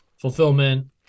fulfillment